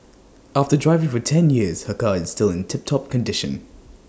after driving for ten years her car is still in tiptop condition